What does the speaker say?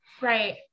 Right